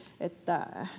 että